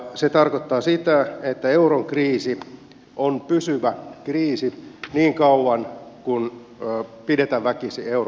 se tarkoittaa sitä että euron kriisi on pysyvä kriisi niin kauan kuin pidetään väkisin euroa euroalueella